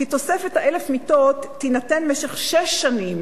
כי תוספת 1,000 המיטות תינתן במשך שש שנים.